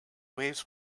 waves